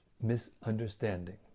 misunderstanding